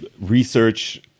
research